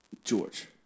George